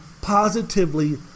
positively